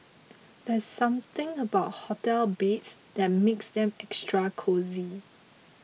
there's something about hotel beds that makes them extra cosy